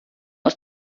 aus